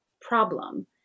problem